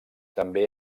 també